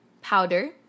powder